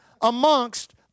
amongst